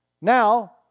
Now